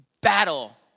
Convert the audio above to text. battle